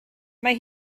mae